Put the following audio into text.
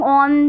on